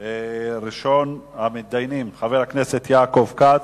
ראשון המתדיינים, חבר הכנסת יעקב כץ,